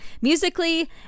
musically